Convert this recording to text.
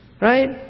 right